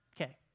Okay